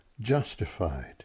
justified